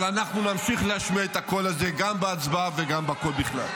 אבל אנחנו נמשיך להשמיע את הקול הזה גם בהצבעה וגם בכלל.